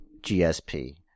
GSP